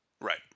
Right